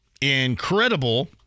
incredible